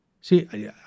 See